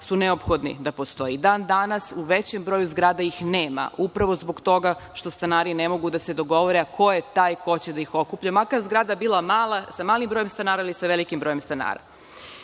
su neophodni da postoji. Dan danas, u većem broj zgrada ih nema, upravo zbog toga što stanari ne mogu da se dogovore ko je taj ko će da ih okuplja. Makar zgrada bila mala, sa malim brojem stanara ili sa velikim brojem stanara. Kada